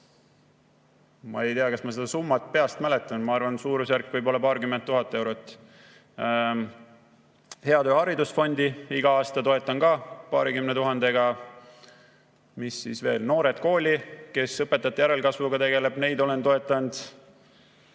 Ma ei tea, kas ma seda summat peast mäletan, aga arvan, et suurusjärk võis olla paarkümmend tuhat eurot. Heateo Haridusfondi toetan ka igal aastal paarikümne tuhandega. Mis siis veel? Noored Kooli, kes õpetajate järelkasvuga tegeleb, neid olen toetanud.